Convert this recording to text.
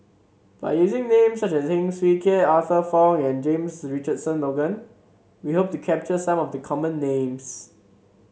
by using names such as Heng Swee Keat Arthur Fong and James Richardson Logan we hope to capture some of the common names